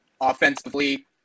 offensively